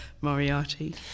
Moriarty